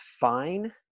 fine